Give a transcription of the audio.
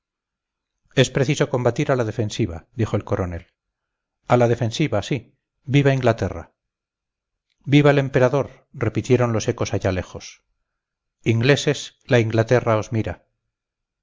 es preciso combatir a la defensiva dijo el coronel a la defensiva sí viva inglaterra viva el emperador repitieron los ecos allá lejos ingleses la inglaterra os mira